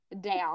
Down